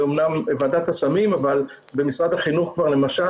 זה אמנם ועדת הסמים אבל במשרד החינוך למשל,